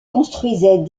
construisait